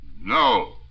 No